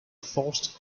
forced